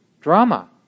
drama